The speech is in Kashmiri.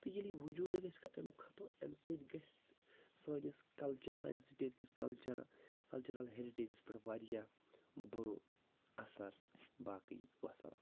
تہٕ ییٚلہِ وجودٕے گَژھِ امہِ ختو امہِ سۭتۍ گژھِ سٲنِس کَلچَر سانہِ سِٹیٚٹ کِس کَلچَر کَلچرَل ہیٚرِٹیٚجَس پٮ۪ٹھ واریاہ بُرٕ اَثر باقٕے وَسَلام